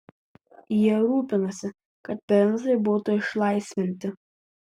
jie rūpinasi kad princai būtų išlaisvinti